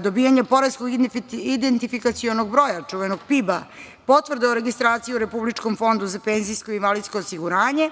dobijanja poreskog identifikacionog broja, čuvenog PIB-a, potvrda o registracija u Republičkom fondu za penzijsko i invalidsko osiguranje